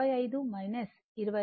5 ఈ 25 25 5